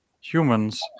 humans